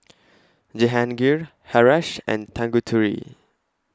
Jehangirr Haresh and Tanguturi